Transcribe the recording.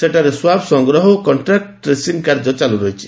ସେଠାରେ ସ୍ୱାବ ସଂଗ୍ରହ ଓ କକ୍ଷ୍ଟାକୁ ଟ୍ରେସିଂ କାର୍ଯ୍ୟ ଚାଲୁରହିଛି